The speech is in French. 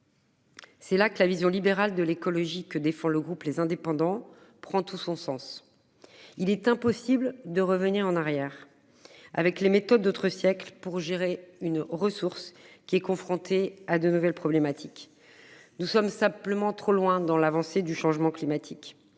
C'est là que la vision libérale de l'écologie que défend le groupe les indépendants prend tout son sens. Il est impossible de revenir en arrière. Avec les méthodes d'autres siècles pour gérer une ressource qui est confrontée à de nouvelles problématiques. Nous sommes simplement trop loin dans l'avancée du changement climatique